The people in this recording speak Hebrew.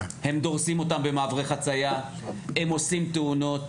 הם דורסים אותם במעברי חצייה, הם עושים תאונות,